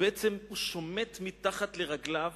ובעצם הוא שומט מתחת רגליו